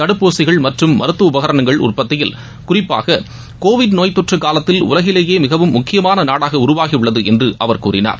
தடுப்பூசிகள் மற்றம் மருத்துவ உபகரணங்கள் உற்பத்தியில் குறிப்பாக கோவிட் நோய் தொற்று காலத்தில் உலகிலேயே மிகவும் முக்கியமான நாடாக உருவாகியுள்ளது என்று அவர் கூறினார்